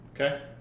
Okay